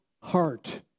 heart